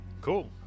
Cool